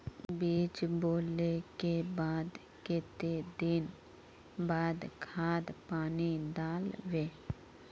बीज बोले के बाद केते दिन बाद खाद पानी दाल वे?